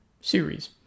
series